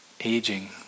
aging